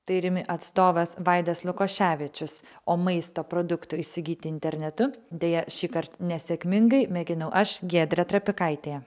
tai rimi atstovas vaidas lukoševičius o maisto produktų įsigyti internetu deja šįkart nesėkmingai mėginau aš giedrė trapikaitė